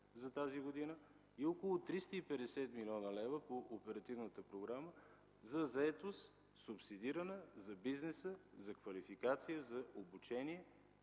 за тази година и около 350 млн. лв. по Оперативната програма заетост, субсидирана за бизнеса, за квалификация, за обучение